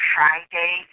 Friday